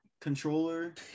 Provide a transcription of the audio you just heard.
controller